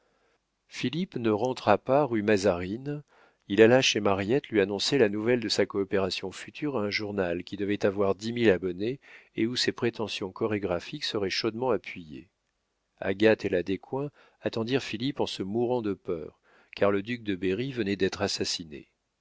philippe ne rentra pas rue mazarine il alla chez mariette lui annoncer la nouvelle de sa coopération future à un journal qui devait avoir dix mille abonnés et où ses prétentions chorégraphiques seraient chaudement appuyées agathe et la descoings attendirent philippe en se mourant de peur car le duc de berry venait d'être assassiné